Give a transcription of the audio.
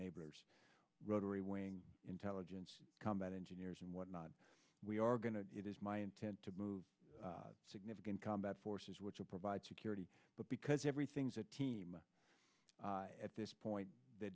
rs rotary wing intelligence combat engineers and what not we are going to it is my intent to move significant combat forces which will provide security but because everything's a team at this point the